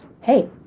Hey